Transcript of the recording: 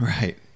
Right